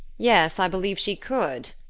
yes, i believe she could,